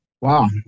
Wow